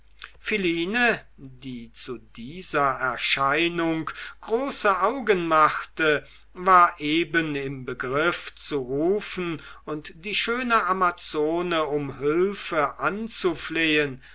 philine die zu dieser erscheinung große augen machte war eben im begriff zu rufen und die schöne amazone um hülfe anzuflehen